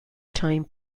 time